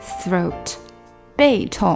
throat,背痛